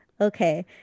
okay